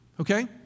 okay